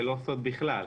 זה לא סוד בכלל.